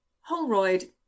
Holroyd